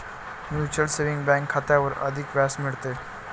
mutual saving bank खात्यावर अधिक व्याज मिळते